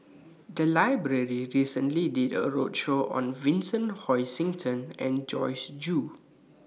The Library recently did A roadshow on Vincent Hoisington and Joyce Jue